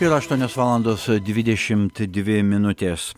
yra aštuonios valandos dvidešimt dvi minutės